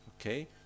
Okay